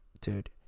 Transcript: dude